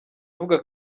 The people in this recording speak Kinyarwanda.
avuga